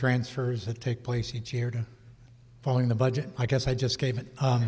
transfers that take place each year to following the budget i guess i just gave in